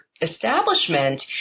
establishment